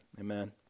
Amen